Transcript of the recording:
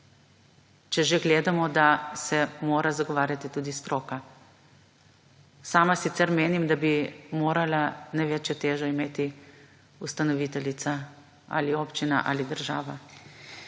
če že gledamo, da se mora zagovarjati tudi stroka. Sama sicer menim, da bi morala največjo težo imeti ustanoviteljica ali občina ali država.